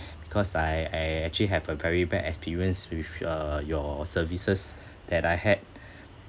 cause I I actually have a very bad experience with y~ uh your services that I had